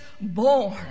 born